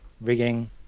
rigging